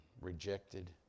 rejected